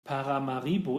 paramaribo